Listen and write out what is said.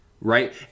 right